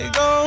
go